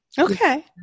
Okay